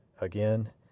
again